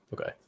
okay